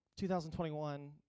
2021